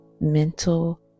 mental